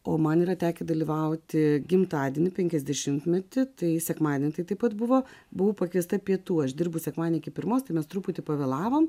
o man yra tekę dalyvauti gimtadienį penkiasdešimtmetį tai sekmadienį taip pat buvo buvau pakviesta pietų aš dirbu sekmadienį iki pirmos tai mes truputį pavėlavom